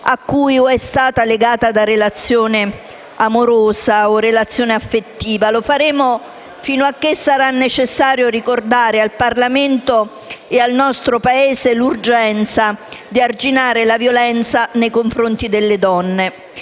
a cui è stata legata da relazione amorosa o affettiva. Lo faremo finché sarà necessario ricordare al Parlamento e al nostro Paese l'urgenza di arginare la violenza nei confronti delle donne.